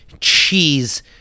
cheese